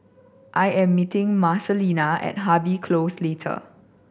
I am meeting Marcelina at Harvey Close